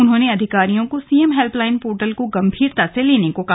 उन्होंने अधिकारियों को सीएम हेल्पलाइन पोर्टल को गंभीरता से लेने को कहा